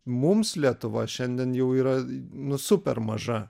mums lietuva šiandien jau yra nu super maža